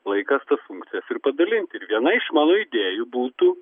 laikas tas fumkcijas ir padalinti ir vienaiš mano idėjų būtų